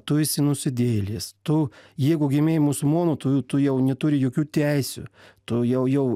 tu esi nusidėjėlis tu jeigu gimei musulmonu tu tu jau neturi jokių teisių tu jau jau